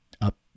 up